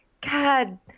God